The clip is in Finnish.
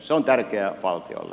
se on tärkeää valtiolle